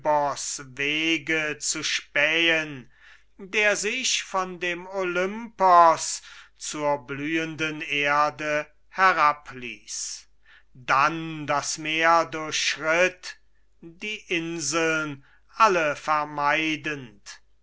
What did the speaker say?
wege zu spähen der sich von dem olympos zur blühenden erde herabließ dann das meer durchschritt die inseln alle vermeidend